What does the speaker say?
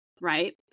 right